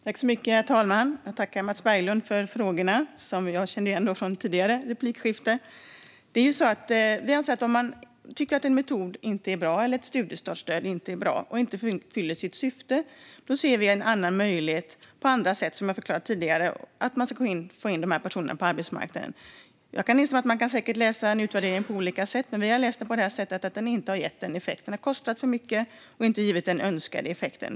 Herr talman! Jag tackar Mats Berglund för frågorna, som jag känner igen från ett tidigare replikskifte. Vi tycker att studiestartsstöd som metod inte är bra och inte fyller sitt syfte. Som jag har förklarat tidigare ser vi andra möjligheter att få in de här personerna på arbetsmarknaden. Jag kan instämma i att man kan läsa en utvärdering på olika sätt. Vi har läst den på det här sättet. Studiestartsstödet har kostat för mycket och har inte gett önskad effekt.